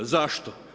Zašto?